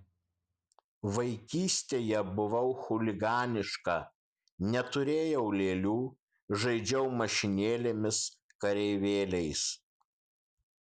vaikystėje buvau chuliganiška neturėjau lėlių žaidžiau mašinėlėmis kareivėliais